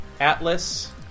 Atlas